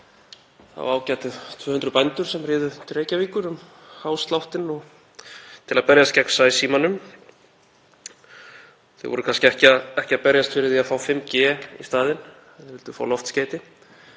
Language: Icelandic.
þá ágætu 200 bændur sem riðu til Reykjavíkur um hásláttinn til að berjast gegn sæsímanum. Þeir voru kannski ekki að berjast fyrir því að fá 5G í staðinn, þeir vildu fá loftskeyti,